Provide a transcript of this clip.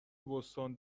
بوستون